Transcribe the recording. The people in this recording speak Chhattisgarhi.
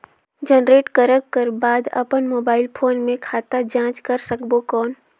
जनरेट करक कर बाद अपन मोबाइल फोन मे खाता जांच कर सकबो कौन?